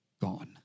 gone